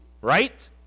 right